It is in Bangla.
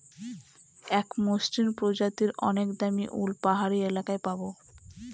এক মসৃন প্রজাতির অনেক দামী উল পাহাড়ি এলাকায় পাবো